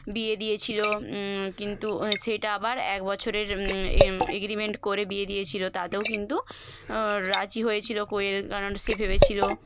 বিয়ে দিয়েছিলো কিন্তু সেইটা আবার এক বছরের এগ্রিমেন্ট করে বিয়ে দিয়েছিলো তাতেও কিন্তু রাজি হয়েছিলো কোয়েল কারণ সে ভেবেছিলো